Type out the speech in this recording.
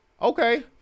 Okay